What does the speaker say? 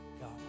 God